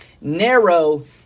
Narrow